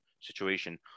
situation